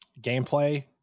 gameplay